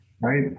right